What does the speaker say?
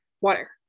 Water